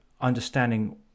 understanding